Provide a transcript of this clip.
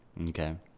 Okay